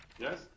Yes